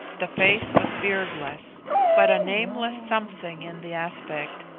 the face was beardless but a nameless something in the aspect,